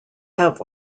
have